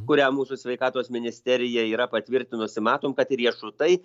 kurią mūsų sveikatos ministerija yra patvirtinusi matom kad riešutai